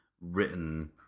written